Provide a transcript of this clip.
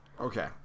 Okay